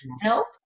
help